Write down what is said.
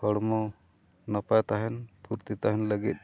ᱦᱚᱲᱢᱚ ᱱᱟᱯᱟᱭ ᱛᱟᱦᱮᱱ ᱯᱷᱩᱨᱛᱤ ᱛᱟᱦᱮᱱ ᱞᱟᱹᱜᱤᱫ